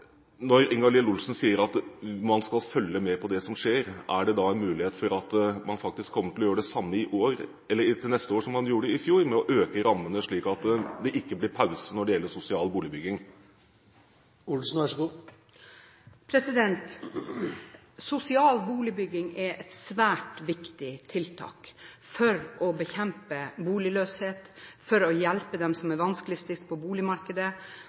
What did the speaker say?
Når Ingalill Olsen sier at man skal følge med på det som skjer, er det da en mulighet for at man faktisk kommer til å gjøre det samme til neste år som man gjorde i fjor, altså å øke rammene, slik at det ikke blir en pause når det gjelder sosial boligbygging? Sosial boligbygging er et svært viktig tiltak for å bekjempe boligløshet og for å hjelpe dem som er vanskeligstilte, inn på boligmarkedet